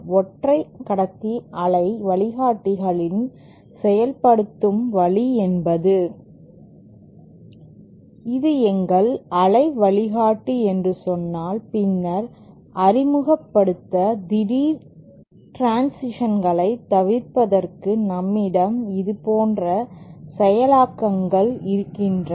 ஒற்றை கடத்தி அலை வழிகாட்டிகளில் செயல்படுத்தும் வழி என்பது இது எங்கள் அலை வழிகாட்டி என்று சொன்னால் பின்னர் அறிமுகப்படுத்த திடீர் டிரன்சிஷன்களைத் தவிர்ப்பதற்கு நம்மிடம் இது போன்ற செயலாக்கங்கள் இருக்கின்றது